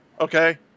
Okay